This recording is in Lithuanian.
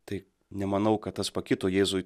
tai nemanau kad tas pakito jėzui